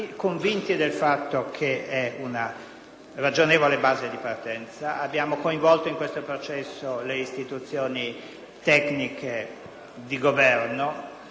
ragionevole base di partenza. Abbiamo coinvolto in questo processo le istituzioni tecniche di Governo, dalla Ragioneria